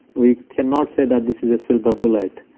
we cannot say that this is a silver bullet,